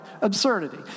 absurdity